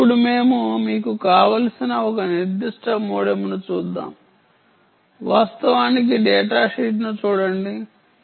ఇప్పుడు మేము మీకు కావలసిన ఒక నిర్దిష్ట మోడెమ్ను చూద్దాం వాస్తవానికి డేటాషీట్ను చూడవచ్చు